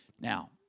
Now